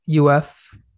UF